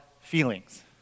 feelings